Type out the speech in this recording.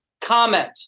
comment